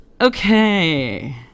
okay